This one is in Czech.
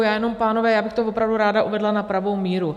Já jenom, pánové, já bych to opravdu ráda uvedla na pravou míru.